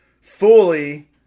fully